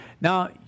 Now